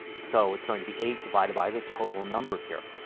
so it is going to be eight divided by the total number here.